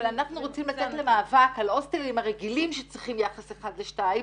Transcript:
אבל אנחנו רוצים לצאת למאבק על ההוסטלים הרגילים שצריכים יחס 1 ל-2,